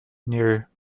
near